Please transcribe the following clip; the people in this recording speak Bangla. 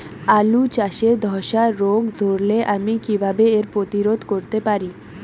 আলু চাষে ধসা রোগ ধরলে আমি কীভাবে এর প্রতিরোধ করতে পারি?